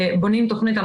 בונים תוכנית,